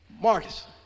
Marcus